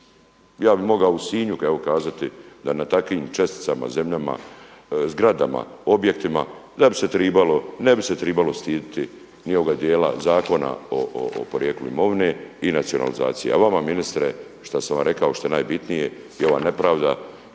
Ja bih mogao u Sinju evo kazati da na takvim česticama, zemljama, zgradama, objektima da bi se trebalo, ne bi se trebalo stidjeti ni ovoga dijela Zakona o porijeklu imovine i nacionalizacije, a vama ministre što sam vam rekao što je najbitnije i ova nepravda